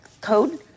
code